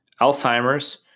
Alzheimer's